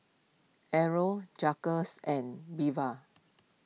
Errol Jagger and Belva